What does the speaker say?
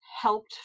helped